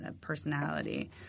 personality